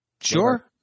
Sure